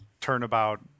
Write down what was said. turnabout